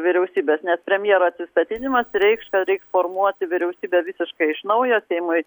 vyriausybės nes premjero atsistatydinimas reikš kad reiks formuoti vyriausybę visiškai iš naujo seimui